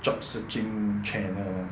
job searching channel